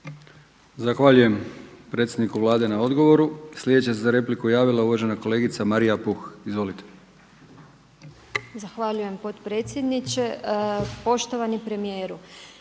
Zahvaljujem predsjedniku Vlade na odgovoru. Sljedeća se za repliku javila uvažena kolegica Marija Puh. Izvolite. **Puh, Marija (HNS)** Zahvaljujem potpredsjedniče. Poštovani premijeru,